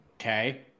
Okay